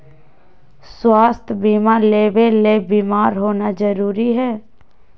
स्वास्थ्य बीमा लेबे ले बीमार होना जरूरी हय?